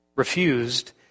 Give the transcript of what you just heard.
refused